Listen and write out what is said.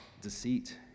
deceit